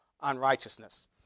unrighteousness